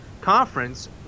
conference